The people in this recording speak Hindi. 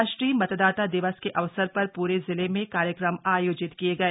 राष्ट्रीय मतदाता दिवस के अवसर पर प्रे जिले में कार्यक्रम आयोजित किए गए